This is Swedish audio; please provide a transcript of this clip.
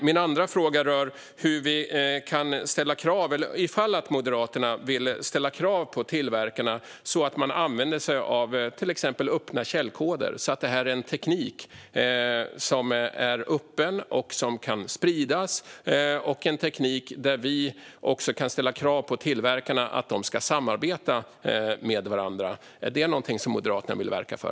Min andra fråga rör om Moderaterna vill ställa krav på tillverkarna, dels att de ska använda sig av till exempel öppna källkoder så att detta är en teknik som är öppen och kan spridas och dels att de ska samarbeta med varandra. Är det någonting som Moderaterna vill verka för?